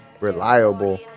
reliable